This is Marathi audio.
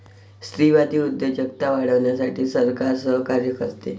स्त्रीवादी उद्योजकता वाढवण्यासाठी सरकार सहकार्य करते